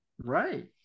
right